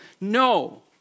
No